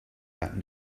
that